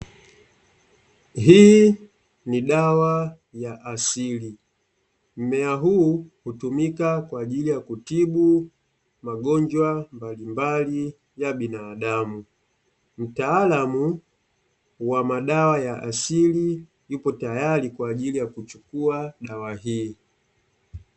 Hii ni dawa ya asili mmea huu hutumika kwa ajili ya kutibu magonjwa mbalimbali ya binadamu, mtaalamu wa madawa ya asili yupo tayari kwa ajili ya kuchukua dawa hii.